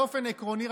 באופן עקרוני,